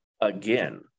again